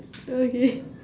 okay